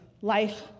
Life